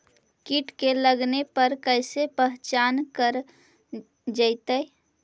कीट के लगने पर कैसे पहचान कर जयतय?